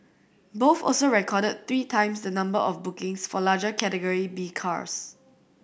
both also recorded three times the number of bookings for larger Category B cars